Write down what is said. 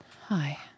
Hi